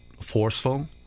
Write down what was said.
forceful